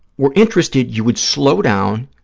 were interested, you would slow down.